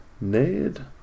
Ned